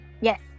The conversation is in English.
Yes